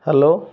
hello